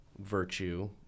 virtue